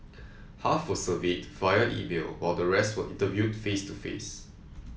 half were surveyed via email while the rest were interviewed face to face